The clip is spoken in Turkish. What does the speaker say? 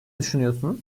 düşünüyorsunuz